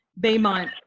Baymont